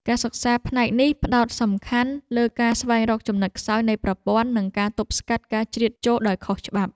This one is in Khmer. ការសិក្សាផ្នែកនេះផ្តោតសំខាន់លើការស្វែងរកចំណុចខ្សោយនៃប្រព័ន្ធ និងការទប់ស្កាត់ការជ្រៀតចូលដោយខុសច្បាប់។